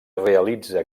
realitza